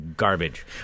Garbage